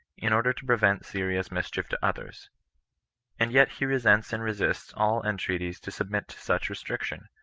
in order to prevent serious mis chief to others and yet he resents and resists all en treaties to submit to such restriction.